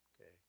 okay